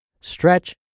stretch